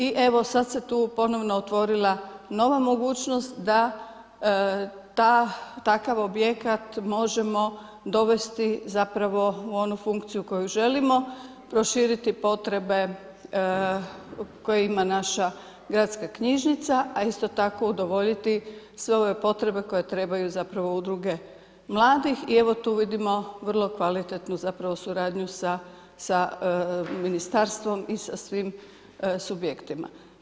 I evo sad se tu ponovo otvorila nova mogućnost da takav objekat možemo dovesti zapravo u onu funkciju koju želimo, proširiti potrebe koje ima naša gradska knjižnica, a isto tako udovoljiti sve ove potrebe koje trebaju zapravo udruge mladih i evo tu vidimo vrlo kvalitetnu suradnju sa ministarstvom i sa svim subjektima.